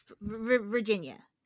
Virginia